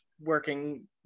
working